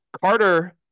Carter